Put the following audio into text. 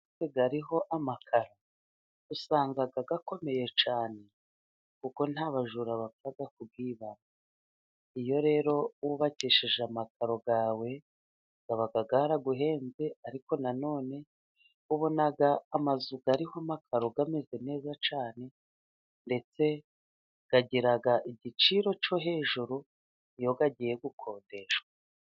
Amazu ariho amakaro usanga akomeye cyane, kuko nta bajura bapfa kukwiba. Iyo rero wubakisheje amakaro yawe aba yaraguhenze, ariko na none ubona amazu ariho amakaro ameze neza cyane, ndetse agira igiciro cyo hejuru iyo agiye gukodeshwa.